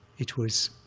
it was